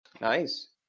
Nice